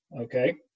Okay